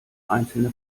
einzelne